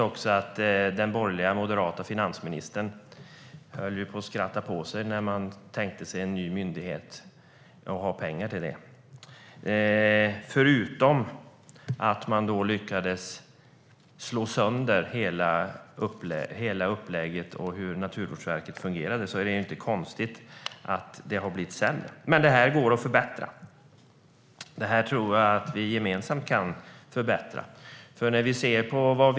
Och den borgerliga moderata finansministern höll på att skratta på sig när man tänkte sig att ha pengar till en ny myndighet. Man lyckades slå sönder hela upplägget för hur Naturvårdsverket skulle fungera. Det är inte konstigt att det har blivit sämre. Men det här går att förbättra. Jag tror att vi kan förbättra det gemensamt.